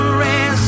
rest